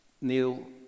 Neil